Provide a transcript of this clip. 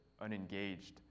unengaged